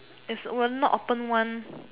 is will not open one